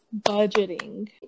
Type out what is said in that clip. budgeting